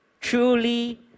truly